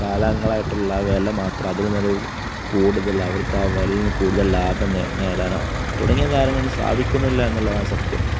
കാലങ്ങളായിട്ടുള്ള ആ വില മാത്രം അതിൽ നിന്നൊരു കൂടുതൽ അവർക്ക് ആ വിലയിൽ നിന്ന് കൂടുതൽ ലാഭം നേടാനോ തുടങ്ങിയ കാര്യങ്ങളൊന്നും സാധിക്കുന്നില്ല എന്നുള്ളതാണ് ആ സത്യം